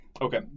okay